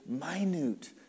minute